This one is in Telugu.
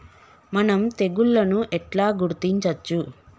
మనం తెగుళ్లను ఎట్లా గుర్తించచ్చు?